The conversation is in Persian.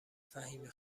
فهیمه